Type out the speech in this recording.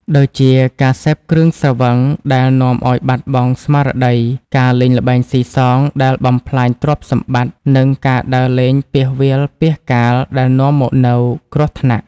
ដូចជាការសេពគ្រឿងស្រវឹងដែលនាំឱ្យបាត់បង់ស្មារតី ការលេងល្បែងស៊ីសងដែលបំផ្លាញទ្រព្យសម្បត្តិ និងការដើរលេងពាសវាលពាសកាលដែលនាំមកនូវគ្រោះថ្នាក់។